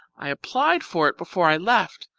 i applied for it before i left,